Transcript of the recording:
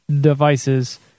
devices